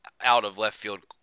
out-of-left-field